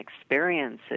experiences